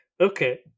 Okay